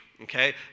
okay